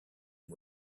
des